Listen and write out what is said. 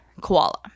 koala